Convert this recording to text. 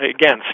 again